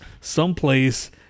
someplace